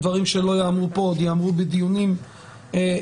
ודברים שלא יאמרו פה יאמרו בדיונים עתידיים.